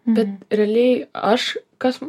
bet realiai aš kas